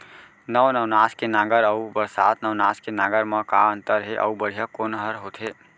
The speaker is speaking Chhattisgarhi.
नौ नवनास के नांगर अऊ बरसात नवनास के नांगर मा का अन्तर हे अऊ बढ़िया कोन हर होथे?